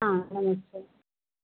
हाँ मैनेज करिए